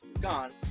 Gone